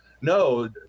no